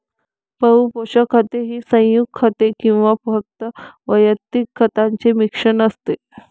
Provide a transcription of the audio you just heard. बहु पोषक खते ही संयुग खते किंवा फक्त वैयक्तिक खतांचे मिश्रण असते